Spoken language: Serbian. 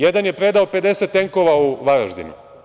Jedan je predao 50 tenkova u Varaždinu.